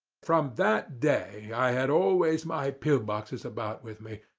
from that day i had always my pill boxes about with me,